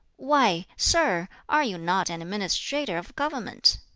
why, sir, are you not an administrator of government?